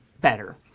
better